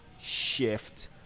shift